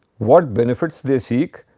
what benefits they seek,